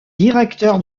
directeur